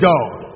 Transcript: God